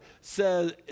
says